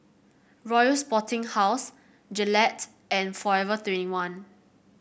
Royal Sporting House Gillette and Forever twenty one